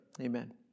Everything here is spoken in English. Amen